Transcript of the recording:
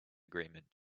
agreement